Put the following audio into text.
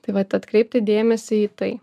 taip vat atkreipti dėmesį į tai